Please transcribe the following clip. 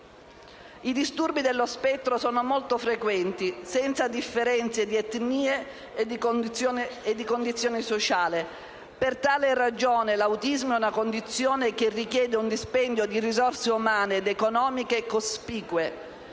I disturbi dello spettro sono molto frequenti, senza differenza di etnie e condizione sociale. Per tale ragione l'autismo è una condizione che richiede un dispendio di risorse umane ed economiche cospicue.